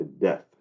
death